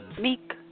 Meek